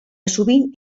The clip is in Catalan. sovint